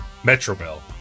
Metroville